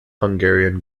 hungarian